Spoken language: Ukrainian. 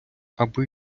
аби